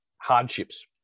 hardships